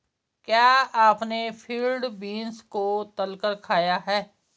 क्या आपने field beans को तलकर खाया है?